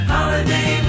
Holiday